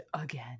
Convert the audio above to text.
again